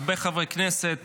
הרבה חברי כנסת